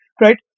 right